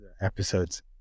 episodes